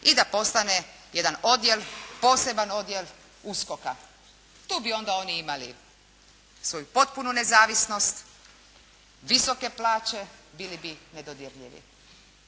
i da postane jedan odjel, poseban odjel USKOK-a. Tu bi onda oni imali svoju potpunu nezavisnost, visoke plaće, bili bi nedodirljivi.